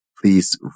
please